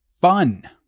fun